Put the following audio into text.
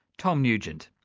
tom nugent.